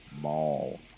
Mall